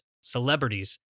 celebrities